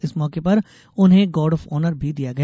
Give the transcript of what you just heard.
इस मौके पर उन्हें गार्ड ऑफ ऑनर भी दिया गया